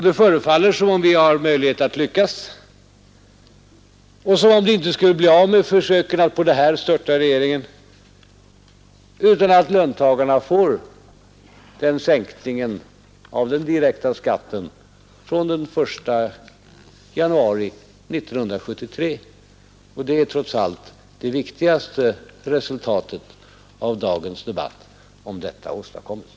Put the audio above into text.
Det förefaller som om vi har möjlighet att lyckas och som om det inte skulle bli någonting av försöken att på denna fråga störta regeringen utan att löntagarna får sänkningen av den direkta skatten från den 1 januari 1973. Det är trots allt det viktigaste resultatet av dagens debatt om detta åstadkommes.